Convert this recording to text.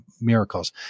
miracles